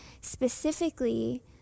specifically